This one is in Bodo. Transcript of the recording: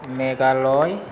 मेघालय